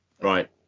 Right